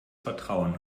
vertrauen